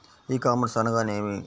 ఈ కామర్స్ అనగానేమి?